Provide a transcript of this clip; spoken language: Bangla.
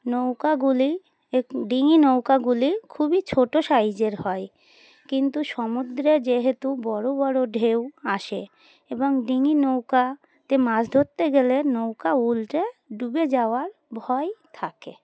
নৌকাগুলি ডিঙি নৌকাগুলি খুবই ছোটো সাইজের হয় কিন্তু সমুদ্রে যেহেতু বড়ো বড়ো ঢেউ আসে এবং ডিঙি নৌকাতে মাছ ধরতে গেলে নৌকা উল্টে ডুবে যাওয়ার ভয় থাকে